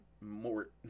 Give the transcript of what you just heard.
Mort